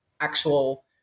actual